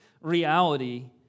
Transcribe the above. reality